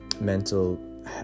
mental